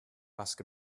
ask